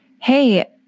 Hey